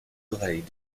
oreilles